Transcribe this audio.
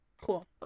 Cool